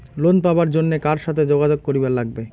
Loan পাবার জন্যে কার সাথে যোগাযোগ করিবার লাগবে?